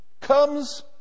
comes